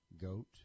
Goat